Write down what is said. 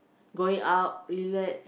going out relax